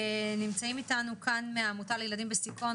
נמצאים איתנו כאן מהעמותה לילדים בסיכון,